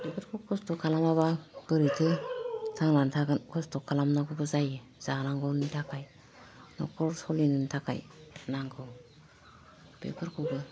बेफोरखौ खस्थ' खालामाबा बोरैथो थांनानै थागोन खस्थ' खालामनांगौबो जायो जानांगौनि थाखाय न'खर सलिनो थाखाय नांगौ बेफोरखौबो